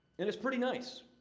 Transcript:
and it's pretty nice.